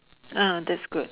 ah that's good